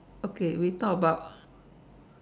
okay we talk about